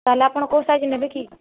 ତା'ହେଲେ ଆପଣ କେଉଁ ସାଇଜ୍ ନେବେ କି